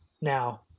now